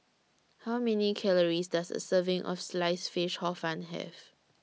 How Many Calories Does A Serving of Sliced Fish Hor Fun Have